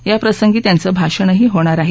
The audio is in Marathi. या प्रसंगी त्यांचं भाषणही होणार आहे